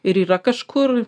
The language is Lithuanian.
ir yra kažkur